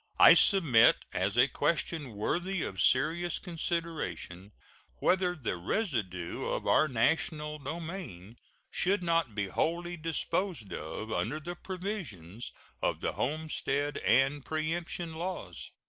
i submit as a question worthy of serious consideration whether the residue of our national domain should not be wholly disposed of under the provisions of the homestead and preemption laws.